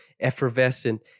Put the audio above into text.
effervescent